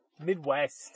Midwest